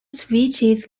switches